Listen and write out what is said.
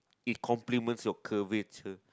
it complements your curvature